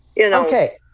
Okay